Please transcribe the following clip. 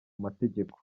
mategeko